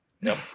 No